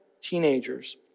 teenagers